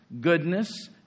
goodness